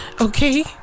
Okay